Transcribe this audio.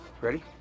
Ready